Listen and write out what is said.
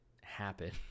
happen